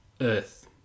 Earth